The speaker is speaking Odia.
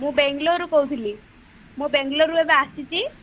ମୁଁ ବେଙ୍ଗଲୋରରୁ କହୁଥିଲି ମୁଁ ବେଙ୍ଗଲୋରରୁ ଏବେ ଆସିଛି